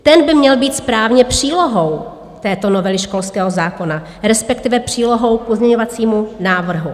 Ten by měl být právě přílohou této novely školského zákona, respektive přílohou k pozměňovacímu návrhu.